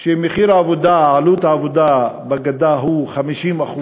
שעלות העבודה בגדה היא 50%,